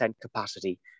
capacity